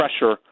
pressure